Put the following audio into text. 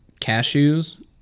cashews